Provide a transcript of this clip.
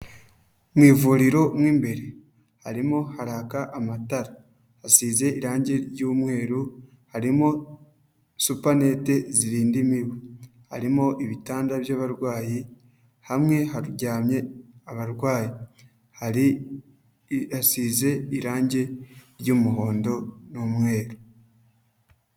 Mu ivuriro mo imbere, harimo haraka amatara, hasize irangi ry'umweru, harimo supanete zirinda imibu, harimo ibitanda by'abarwayi, hamwe haryamye abarwayi, hari hasize irangi ry'umuhondo n'umweru.